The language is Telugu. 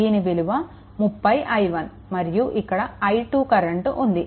దీని విలువ 30i1 మరియు ఇక్కడ i2 కరెంట్ ఉంది